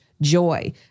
joy